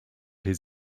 his